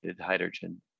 hydrogen